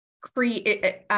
create